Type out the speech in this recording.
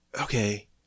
okay